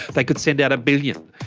they could send out a billion.